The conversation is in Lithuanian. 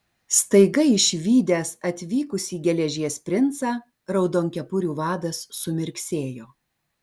staiga išvydęs atvykusį geležies princą raudonkepurių vadas sumirksėjo